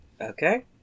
Okay